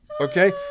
Okay